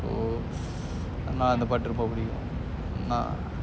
so அதனால அந்த பாட்டு ரொம்ப புடிகும்:athanaala antha paatu romba pudikum